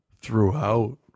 Throughout